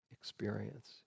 experience